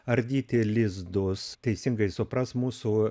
ardyti lizdus teisingai supras mūsų